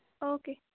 okay